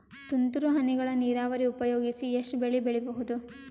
ತುಂತುರು ಹನಿಗಳ ನೀರಾವರಿ ಉಪಯೋಗಿಸಿ ಎಷ್ಟು ಬೆಳಿ ಬೆಳಿಬಹುದು?